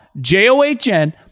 J-O-H-N